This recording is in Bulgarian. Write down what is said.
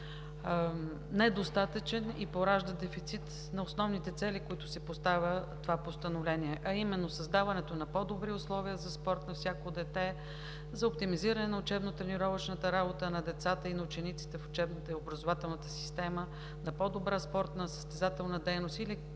недостатъчен и поражда дефицит на основните цели, които си поставя това постановление, а именно: създаването на по-добри условия за спорт на всяко дете, за оптимизиране на учебно тренировъчната работа на децата и на учениците в учебната и образователната система, за по-добра спортно-състезателна дейност или